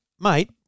Mate